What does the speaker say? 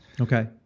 Okay